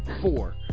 Four